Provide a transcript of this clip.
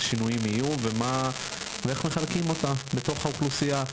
שינויים יהיו ואיך מחלקים אותה בתוך האוכלוסייה.